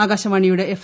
ആകാശവാണിയുടെ എഫ്